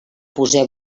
poseu